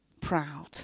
proud